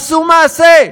עשו מעשה,